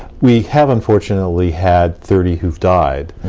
we have, unfortunately, had thirty who've died,